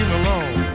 alone